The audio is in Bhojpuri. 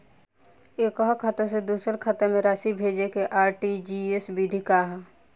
एकह खाता से दूसर खाता में राशि भेजेके आर.टी.जी.एस विधि का ह?